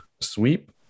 sweep